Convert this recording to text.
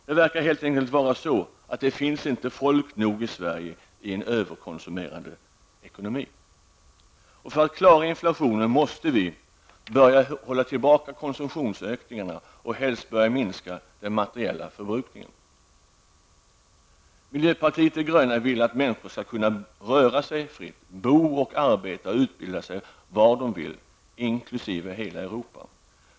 Det finns helt enkelt inte folk nog i Sverige i en överkonsumerande ekonomi. För att klara inflationen måste vi börja hålla tillbaka konsumtionsökningarna och helst börja minska den materiella förbrukningen. Miljöpartiet de gröna vill att människor skall kunna röra sig fritt, bo, arbeta och utbilda sig var de vill inom hela Europa.